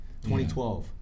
2012